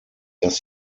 dass